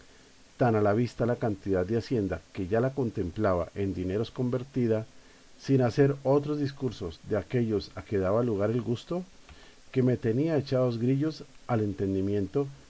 tan a la vista l a cantidad de hacienda que ya la contemplaba en dineros convertida sin hacer otros discursos de aquellos a que daba lugar el gusto que me tenía echados grillos al entendimiento